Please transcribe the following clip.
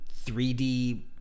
3D